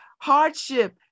hardship